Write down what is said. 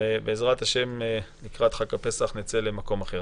ובעזרת השם לקראת חג הפסח נצא למקום אחר.